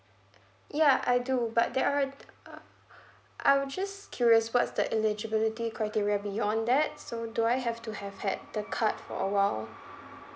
ya I do but that right uh I'm just curious what's the eligibility criteria beyond that so do I have to have had the card for a while